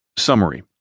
Summary